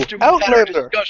Outlander